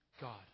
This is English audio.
God